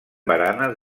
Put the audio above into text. baranes